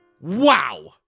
Wow